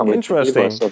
interesting